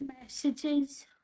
Messages